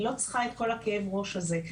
היא לא צריכה את כל כאב הראש הזה.